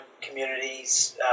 communities